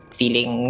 feeling